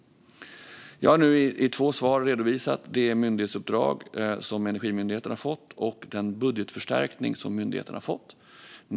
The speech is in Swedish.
Jag har nu i två svar redovisat det myndighetsuppdrag som Energimyndigheten har fått och den budgetförstärkning som myndigheten har fått.